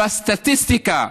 בסטטיסטיקה,